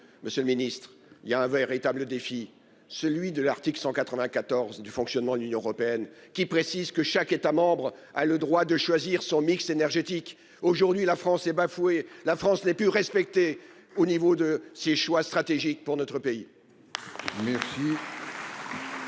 Monsieur le Ministre, il y a un véritable défi, celui de l'article 194 du fonctionnement de l'Union européenne qui précise que chaque État membre a le droit de choisir son mix énergétique. Aujourd'hui la France est bafoué. La France n'est plus respecté au niveau de ses choix stratégiques pour notre pays. La